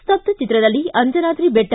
ಸ್ತಬ್ಧ ಚಿತ್ರದಲ್ಲಿ ಅಂಜನಾದ್ರಿ ಬೆಟ್ಟ